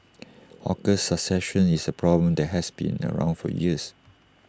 hawker succession is A problem that has been around for years